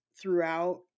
throughout